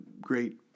great